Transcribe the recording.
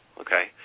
Okay